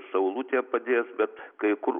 saulutė padės bet kai kur